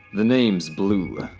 the name's blue.